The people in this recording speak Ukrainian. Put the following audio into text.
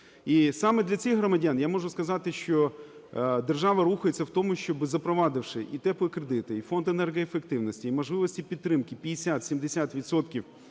І саме для цих громадян, я можу сказати, що держава рухається в тому, щоб, запровадивши і "теплі" кредити, і Фонд енергоефективності, і можливості підтримки 50-70